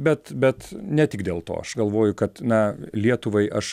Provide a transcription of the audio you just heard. bet bet ne tik dėl to aš galvoju kad na lietuvai aš